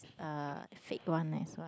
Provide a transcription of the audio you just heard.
uh fake one as well